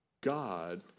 God